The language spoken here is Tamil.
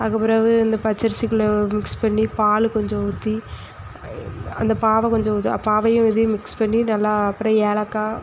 அதுக்குப் பிறகு இந்த பச்சரிக்குள்ளே மிக்ஸ் பண்ணி பால் கொஞ்சம் ஊற்றி அந்த பாகை கொஞ்சம் பாகையும் இதையும் மிக்ஸ் பண்ணி நல்லா அப்புறம் ஏலக்காய்